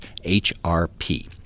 hrp